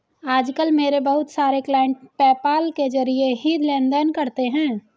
आज कल मेरे बहुत सारे क्लाइंट पेपाल के जरिये ही लेन देन करते है